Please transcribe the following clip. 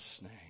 name